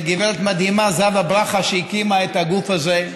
גברת מדהימה, זהבה ברכה, הקימה את הגוף הזה,